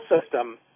system